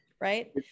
right